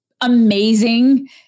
amazing